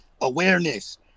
awareness